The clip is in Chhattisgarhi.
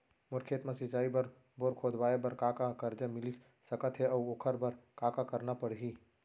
मोर खेत म सिंचाई बर बोर खोदवाये बर का का करजा मिलिस सकत हे अऊ ओखर बर का का करना परही?